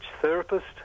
therapist